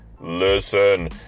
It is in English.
listen